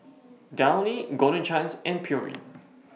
Downy Golden Chance and Pureen